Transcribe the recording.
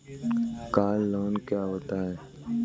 Car loan क्या होता है?